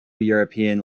european